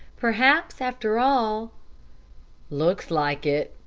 perhaps, after all looks like it,